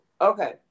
Okay